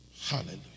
hallelujah